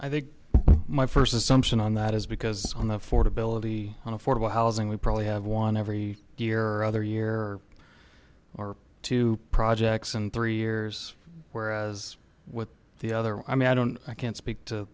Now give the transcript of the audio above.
i think my first assumption on that is because on the affordability and affordable housing we probably have one every year other year or two projects in three years whereas with the other i mean i don't i can't speak to